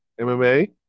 MMA